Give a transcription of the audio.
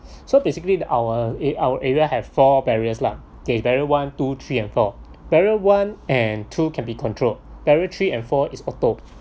so basically the our uh our area have four barriers lah barrier one two three and four barrier one and two can be controlled barrier three and four is auto